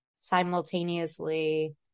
simultaneously